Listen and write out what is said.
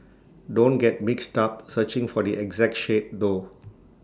don't get mixed up searching for the exact shade though